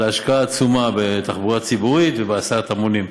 ההשקעה העצומה בתחבורה הציבורית ובהסעת המונים.